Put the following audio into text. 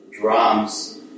drums